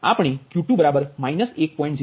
તેથી આપણે Q2 1